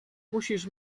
musisz